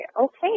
okay